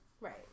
Right